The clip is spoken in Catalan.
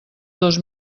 dos